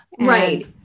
Right